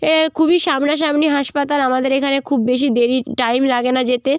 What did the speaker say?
এ খুবই সামনাসামনি হাসপাতাল আমাদের এখানে খুব বেশি দেরি টাইম লাগে না যেতে